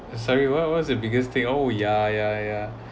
sorry what what's the biggest thing oh ya ya ya